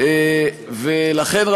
לכן,